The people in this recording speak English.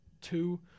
two